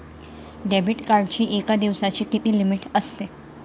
Debit कार्डची एका दिवसाची किती लिमिट असते?